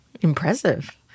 Impressive